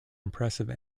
impressive